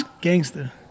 gangster